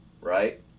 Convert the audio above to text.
right